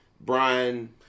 Brian